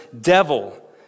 devil